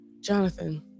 Jonathan